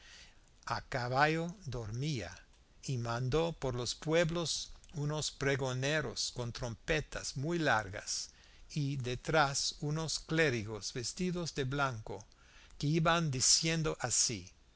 a caballo dormía y mandó por los pueblos unos pregoneros con trompetas muy largas y detrás unos clérigos vestidos de blanco que iban diciendo así